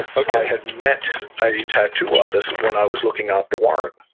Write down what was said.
i had met a tattoo artist when i was looking after warrant.